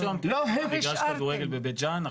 יש היום תכנון למגרש כדורגל בבית ג'אן,